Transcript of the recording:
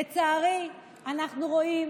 לצערי, אנחנו רואים